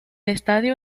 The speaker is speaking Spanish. estadio